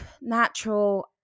natural